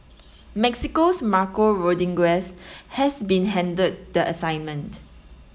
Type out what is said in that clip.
Mexico's Marco Rodriguez has been handed the assignment